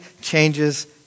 changes